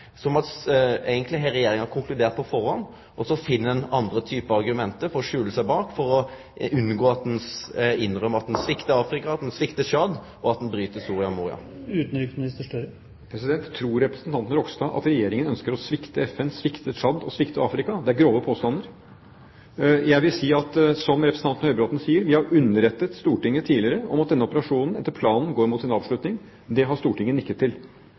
som om Regjeringa har konkludert på førehand, og så finn ein andre typar argument å skjule seg bak for å unngå å innrømme at ein sviktar Afrika, at ein sviktar Tsjad, og at ein bryt Soria Moria-erklæringa. Tror representanten Ropstad at Regjeringen ønsker å svikte FN, svikte Tsjad og svikte Afrika? Det er grove påstander. Jeg vil si, som representanten Høybråten sa, at vi har underrettet Stortinget tidligere om at denne operasjonen etter planen går mot en avslutning. Det har Stortinget nikket til.